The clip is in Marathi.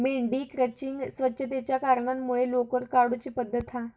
मेंढी क्रचिंग स्वच्छतेच्या कारणांमुळे लोकर काढुची पद्धत हा